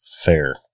fair